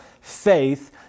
faith